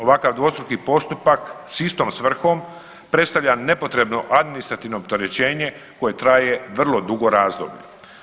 Ovakav dvostruki postupak s istom svrhom predstavlja nepotrebno administrativno opterećenje koje traje vrlo dugo razdoblje.